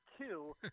two